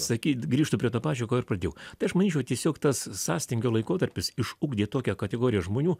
sakyt grįžtu prie to pačio ko ir pradėjau tai aš manyčiau tiesiog tas sąstingio laikotarpis išugdė tokią kategoriją žmonių